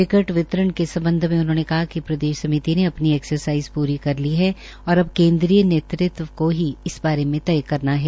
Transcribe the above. ticket वितरण के सम्बध मे उन्होंने कहा कि प्रदेश समिति ने अपनी एक्सरसाइज पूरी कर ली है और अब केन्द्रीय नेतृत्व के ही इस बारे में तय करना है